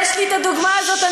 יש לי הדוגמה הזאת.